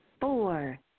four